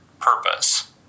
purpose